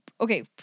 Okay